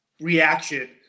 reaction